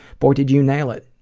boy, did you nail it.